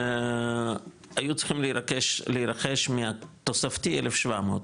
היו צריכים להירכש מהתוספתי 1,700,